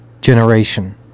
generation